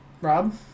Rob